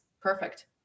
Perfect